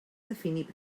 definir